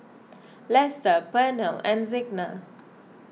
Lester Pernell and Signa